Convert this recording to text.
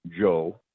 Joe